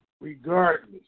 Regardless